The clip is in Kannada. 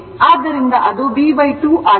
ಆದ್ದರಿಂದ ಅದು b 2 ಆಗಿರುತ್ತದೆ